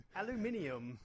aluminium